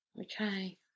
Okay